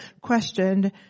questioned